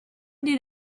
did